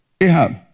Ahab